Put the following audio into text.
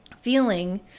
feeling